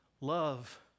Love